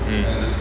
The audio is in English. mm